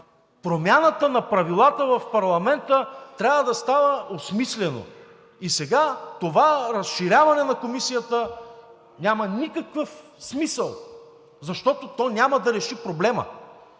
Промяната на правилата в парламента трябва да става осмислено. И сега това разширяване на Комисията няма никакъв смисъл, защото то няма да реши проблема.